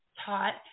taught